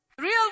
Real